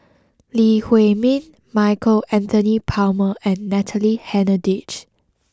Lee Huei Min Michael Anthony Palmer and Natalie Hennedige